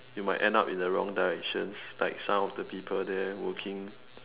you might end up in the wrong directions like some of the people there working